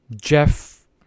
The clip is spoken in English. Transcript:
Jeff